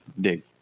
dig